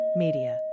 media